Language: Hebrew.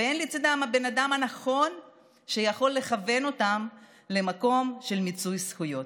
ואין לצידם את הבן אדם הנכון שיכול לכוון אותם למקום של מיצוי זכויות.